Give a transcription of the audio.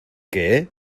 qué